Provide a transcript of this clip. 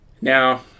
now